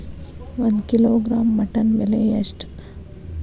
ಒಂದು kilogram mutton ಬೆಲೆ ಎಷ್ಟ್?